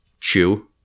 chew